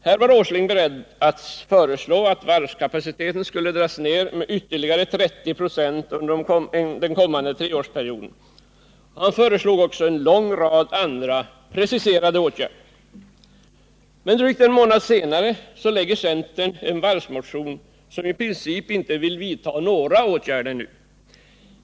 Här var Nils Åsling beredd att föreslå att varvskapaciteten skulle dras ned med ytterligare 30 926 under den kommande treårsperioden, och han föreslog också en lång rad andra preciserade åtgärder. Men drygt en månad senare lägger centern fram en varvsmotion enligt vilken man i princip inte vill vidta några åtgärder nu.